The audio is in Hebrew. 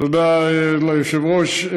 תודה ליושב-ראש.